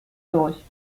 durch